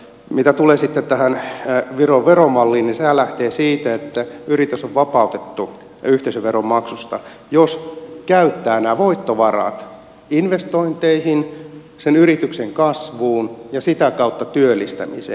mitä tulee sitten tähän viron veromalliin niin sehän lähtee siitä että yritys on vapautettu yhteisöveron maksusta jos käyttää nämä voittovarat investointeihin sen yrityksen kasvuun ja sitä kautta työllistämiseen